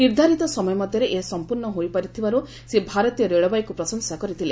ନିର୍ଦ୍ଧାରିତ ସମୟ ମଧ୍ୟରେ ଏହା ସମ୍ପର୍ଣ୍ଣ ହୋଇପାରିଥିବାରୁ ସେ ଭାରତୀୟ ରେଳବାଇକୁ ପ୍ରଶଂସନା କରିଥିଲେ